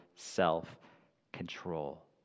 self-control